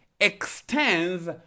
extends